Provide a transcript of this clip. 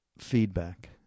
feedback